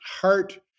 heart